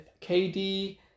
KD